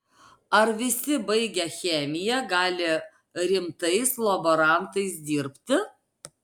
ar visi baigę chemiją gali rimtais laborantais dirbti